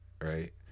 right